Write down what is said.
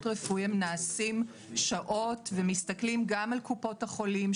רפואי נעשים שעות ומסתכלים גם על קופות החולים,